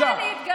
יש מה להתגאות.